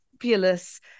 fabulous